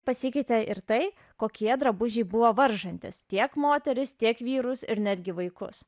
pasikeitė ir tai kokie drabužiai buvo varžantys tiek moteris tiek vyrus ir netgi vaikus